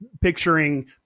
picturing